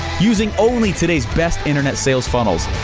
using only today's best internet sales funnels.